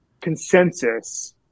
consensus